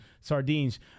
sardines